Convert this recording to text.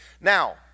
Now